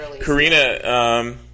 Karina